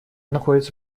находится